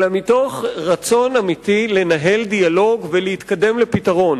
אלא מתוך רצון אמיתי לנהל דיאלוג ולהתקדם לפתרון.